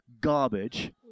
garbage